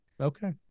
Okay